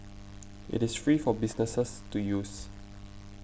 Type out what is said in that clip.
it is free for businesses to use